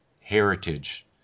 heritage